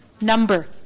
Number